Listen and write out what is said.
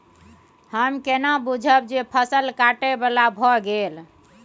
हम केना बुझब जे फसल काटय बला भ गेल?